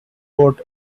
bought